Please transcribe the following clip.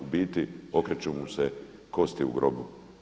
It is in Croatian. U biti okreću mu se kosti u grobu.